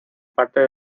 parte